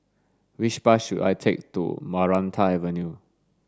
which bus should I take to Maranta Avenue